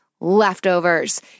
Leftovers